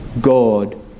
God